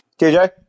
KJ